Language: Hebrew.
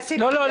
נציג --- לא,